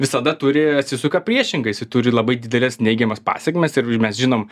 visada turi atsisuka priešingai jisai turi labai dideles neigiamas pasekmes ir mes žinom